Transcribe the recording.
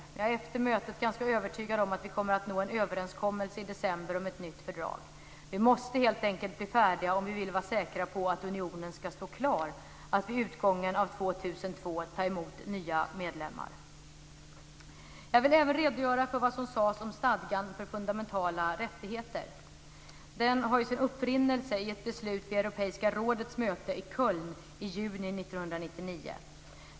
Jag är efter mötet ganska övertygad om att vi kommer att nå en överenskommelse i december om ett nytt fördrag. Vi måste helt enkelt bli färdiga om vi vill vara säkra på att unionen ska stå klar att vid utgången av 2002 ta emot nya medlemmar. Jag vill även redogöra för vad som sades om stadgan för fundamentala rättigheter. Den har sin upprinnelse i ett beslut vid Europeiska rådets möte i Köln i juni 1999.